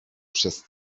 przez